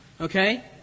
Okay